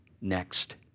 next